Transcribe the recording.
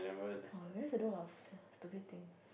!wah! I realise I do a lot of stupid things